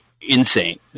insane